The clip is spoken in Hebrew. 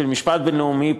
של המשפט הבין-לאומי,